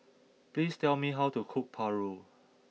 please tell me how to cook Paru